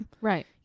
Right